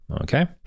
okay